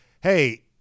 hey